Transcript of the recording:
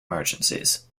emergencies